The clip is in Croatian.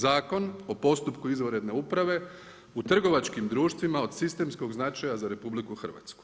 Zakon o postupku izvanredne uprave u trgovačkim društvima od sistemskog značaja za RH.